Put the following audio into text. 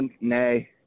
nay